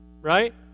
right